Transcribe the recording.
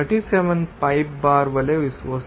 37 pipe bar వలె వస్తుంది